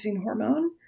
hormone